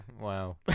Wow